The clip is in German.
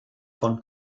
von